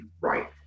right